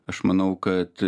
aš manau kad